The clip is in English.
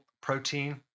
protein